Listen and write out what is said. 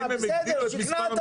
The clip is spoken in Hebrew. האם הם הגדילו את מספר המשמרות?